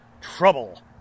Trouble